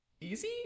easy